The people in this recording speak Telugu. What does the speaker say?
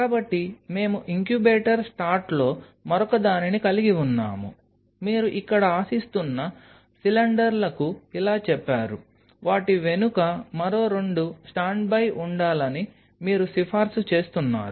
కాబట్టి మేము ఇంక్యుబేటర్ స్టాట్లో మరొకదానిని కలిగి ఉన్నాము మీరు ఇక్కడ ఆశిస్తున్న సిలిండర్లకు ఇలా చెప్పారు వాటి వెనుక మరో రెండు స్టాండ్ బై ఉండాలని మీరు సిఫార్సు చేస్తున్నారు